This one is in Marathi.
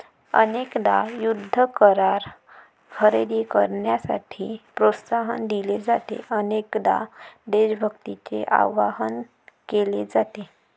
अनेकदा युद्ध करार खरेदी करण्यासाठी प्रोत्साहन दिले जाते, अनेकदा देशभक्तीचे आवाहन केले जाते